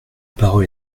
parole